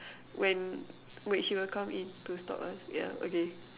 when wait she will come in to stop us yeah okay